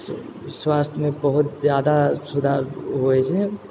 स्वास्थ्यमे बहुत जादा सुधार हुए छै